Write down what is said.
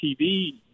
TV